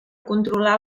controlar